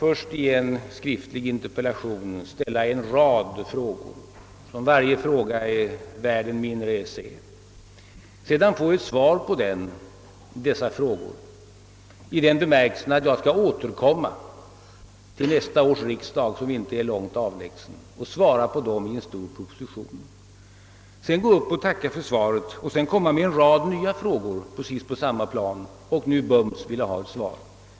Herr Westberg har i en skriftlig interpellation ställt en rad frågor, vilka alla är värda en mindre essä. Herr Westberg får sedan av mig svaret, att jag skall lämna besked i en stor proposition till nästa års riksdag, som ju inte är långt avlägsen. Då går herr Westberg upp och tackar för svaret men ställer samtidigt en rad nya frågor på precis samma plan och vill ha besked bums.